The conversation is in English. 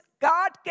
God